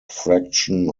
fraction